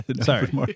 Sorry